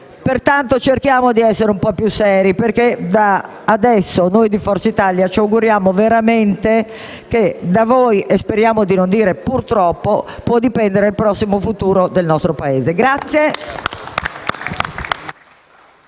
Pertanto, cerchiamo di essere un po' più seri perché, da adesso, noi di Forza Italia ci auguriamo veramente che da voi - speriamo di non dover dire: «purtroppo» - può dipendere il prossimo futuro del nostro Paese.